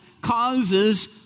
causes